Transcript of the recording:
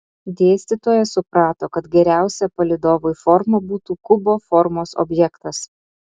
dėstytojas suprato kad geriausia palydovui forma būtų kubo formos objektas